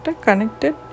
connected